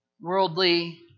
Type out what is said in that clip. worldly